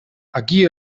aquí